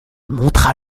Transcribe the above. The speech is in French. montra